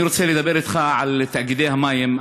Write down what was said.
אני רוצה לדבר אתך על תאגידי המים.